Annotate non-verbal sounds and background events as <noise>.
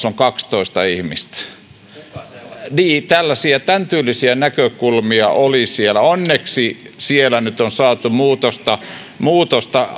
<unintelligible> on kaksitoista ihmistä niin tällaisia tämän tyylisiä näkökulmia oli siellä onneksi siellä nyt on saatu muutosta muutosta